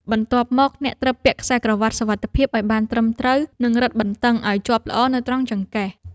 បន្ទាប់មក អ្នកត្រូវពាក់ខ្សែក្រវាត់សុវត្ថិភាព ឱ្យបានត្រឹមត្រូវ និងរឹតបន្តឹងឱ្យជាប់ល្អនៅត្រង់ចង្កេះ។